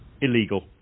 illegal